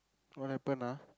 what happen ah